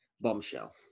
Bombshell